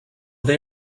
they